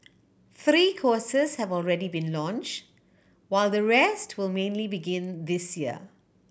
three courses have already been launched while the rest will mainly begin this year